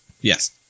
Yes